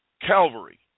Calvary